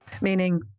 Meaning